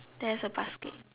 there's a basket